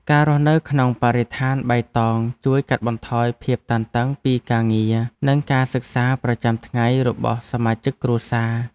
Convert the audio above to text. ការរស់នៅក្នុងបរិស្ថានបៃតងជួយកាត់បន្ថយភាពតានតឹងពីការងារនិងការសិក្សាប្រចាំថ្ងៃរបស់សមាជិកគ្រួសារ។